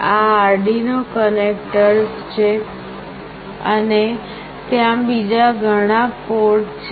આ Arduino connectors છે અને ત્યાં બીજા ઘણા પોર્ટ છે